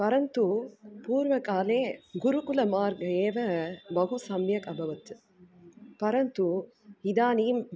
परन्तु पूर्वकाले गुरुकुलमार्गः एव बहु सम्यक् अभवत् परन्तु इदानीं